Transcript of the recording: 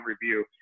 review